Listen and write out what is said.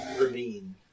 ravine